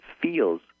feels